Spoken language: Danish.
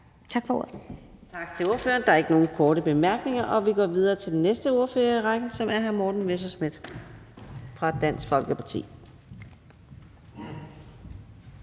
Adsbøl): Tak til ordføreren. Der er ikke nogen korte bemærkninger, og vi går videre til den næste ordfører i rækken, som er hr. Morten Messerschmidt fra Dansk Folkeparti.